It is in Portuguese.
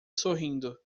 sorrindo